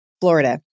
Florida